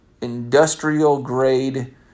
industrial-grade